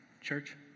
church